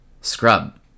Scrub